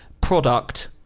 product